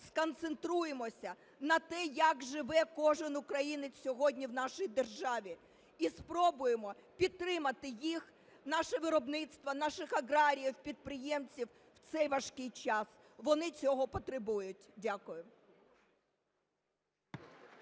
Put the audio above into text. сконцентруємося на те, як живе кожен українець сьогодні в нашій державі, і спробуємо підтримати їх, наше виробництво, наших аграріїв, підприємців у цей важкий час. Вони цього потребують. Дякую.